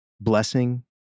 blessing